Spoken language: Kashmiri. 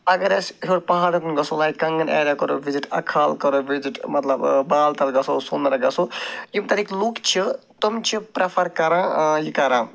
اَگر اَسہِ ہیوٚر پہاڑَن کُن گژھُن وَتہِ کَنٛگَن ایریا کَرو وِزِٹ اَکھال کَرو وِزِٹ مطلب بالتَل گژھو سۄنمَرٕگ گژھو یِم تَتِکۍ لُکھ چھِ تِم چھِ پرٛٮ۪فَر کران یہِ کران